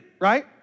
right